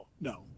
no